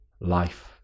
life